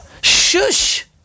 Shush